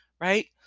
Right